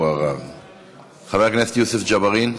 חבר הכנסת יוסף ג'בארין,